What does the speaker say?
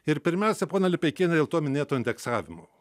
ir pirmiausia ponia lipeikiene dėl to minėto indeksavimo